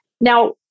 Now